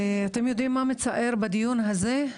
אתם יודעים מה מצער בדיון הזה?